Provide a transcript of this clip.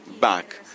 back